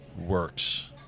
works